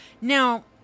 Now